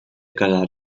casar